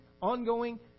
ongoing